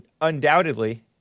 undoubtedly